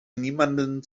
niemandem